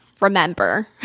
remember